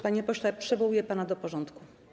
Panie pośle, przywołuję pana do porządku.